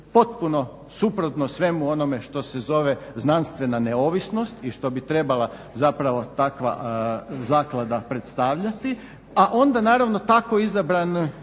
potpuno suprotno svemu onome što se zove znanstvena neovisnost i što bi trebala zapravo takva zaklada predstavljati, a onda naravno tako izabran